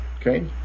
Okay